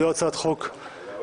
זו לא הצעת חוק רגילה,